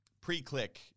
pre-click